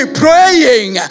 praying